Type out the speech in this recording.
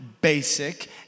Basic